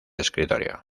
escritorio